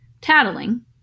Tattling